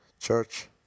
church